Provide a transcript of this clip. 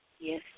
Yes